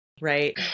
Right